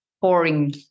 pouring